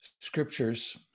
scriptures